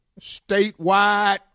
statewide